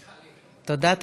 תודה.